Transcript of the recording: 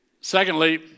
Secondly